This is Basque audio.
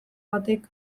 batek